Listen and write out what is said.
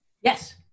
Yes